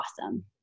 awesome